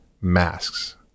masks